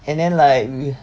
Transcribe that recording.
and then like we uh